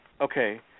Okay